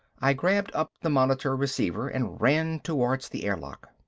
i grabbed up the monitor receiver and ran towards the air lock.